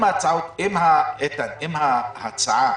איתן, אם ההצעה